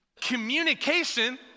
Communication